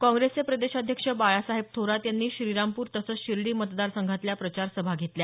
काँप्रेसचे प्रदेशाध्यक्ष बाळासाहेब थोरात यांनी श्रीरामपूर तसंच शिर्डी मतदार संघातल्या प्रचार सभा घेतल्या